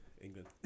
England